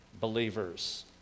believers